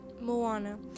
moana